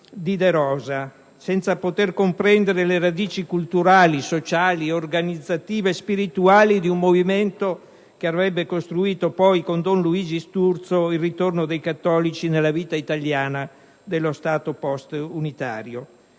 De Rosa: senza poter comprendere le radici culturali, sociali, organizzative e spirituali di un movimento che avrebbe costruito poi, con don Luigi Sturzo, il ritorno dei cattolici nella vita italiana dello Stato post-unitario